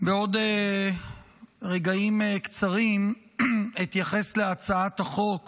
בעוד רגעים קצרים אתייחס להצעת החוק